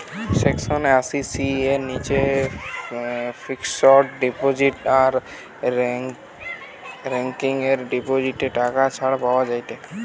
section আশি C এর নিচে ফিক্সড ডিপোজিট আর রেকারিং ডিপোজিটে টাকা ছাড় পাওয়া যায়েটে